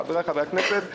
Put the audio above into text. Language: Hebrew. חבריי חברי הכנסת,